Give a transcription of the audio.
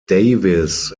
davies